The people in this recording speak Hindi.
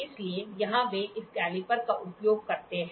इसलिए यहाँ वे इस कैलीपर का उपयोग करते हैं